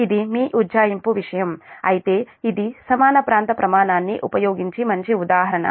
ఇది మీ ఉజ్జాయింపు విషయం అయితే ఇది సమాన ప్రాంత ప్రమాణాన్ని ఉపయోగించి మంచి ఉదాహరణ